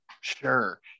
sure